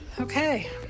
Okay